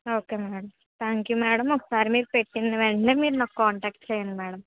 okay madam thank you madam ఒకసారి మీరు పెట్టిన వెంటనే మీరు నాకు కాంటాక్ట్ చేయండి మేడం